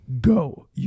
Go